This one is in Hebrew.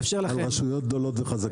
על רשויות גדולות וחזקות.